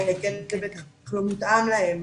כי בית הכלא לא מותאם להם,